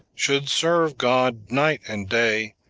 should serve god night and day,